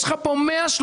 יש לך פה 135